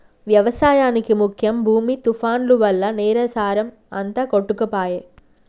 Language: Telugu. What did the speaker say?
వ్యవసాయానికి ముఖ్యం భూమి తుఫాన్లు వల్ల నేల సారం అంత కొట్టుకపాయె